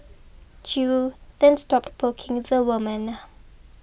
Chew then stopped poking the woman